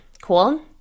cool